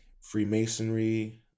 Freemasonry